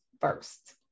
first